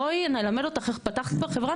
בואי נלמד אותך, פתחת כבר חברה?